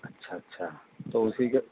اچھا اچھا تو اسی کے